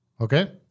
Okay